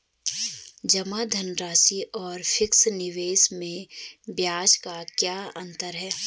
जमा धनराशि और फिक्स निवेश में ब्याज का क्या अंतर है?